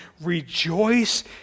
rejoice